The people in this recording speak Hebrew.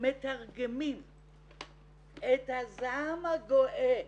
מתרגמים את הזעם הגואה